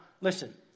listen